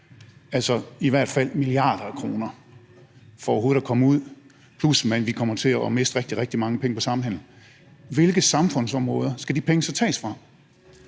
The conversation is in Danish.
altså i hvert fald milliarder af kroner for overhovedet at komme ud, plus at vi kommer til at miste rigtig, rigtig mange penge på samhandel, hvilke samfundsområder skal de penge så tages fra?